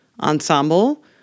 ensemble